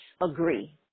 agree